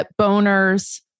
boners